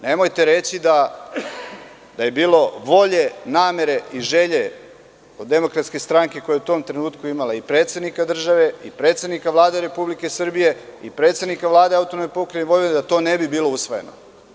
Nemojte reći da je bilo volje, namere i želje kod DS, koja je u tom trenutku imala i predsednika države i predsednika Vlade Republike Srbije i predsednika Vlade AP Vojvodine, da to ne bi bilo usvojeno.